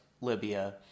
Libya